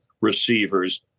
receivers